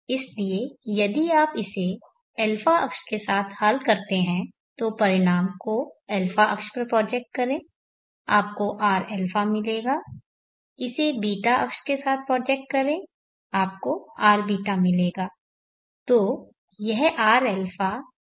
इसलिए यदि आप इसे α अक्ष के साथ हल करते हैं तो परिणाम को α अक्ष पर प्रोजेक्ट करें आपको rα मिलेगा इसे β अक्ष के साथ प्रोजेक्ट करें आपको rβ मिलेगा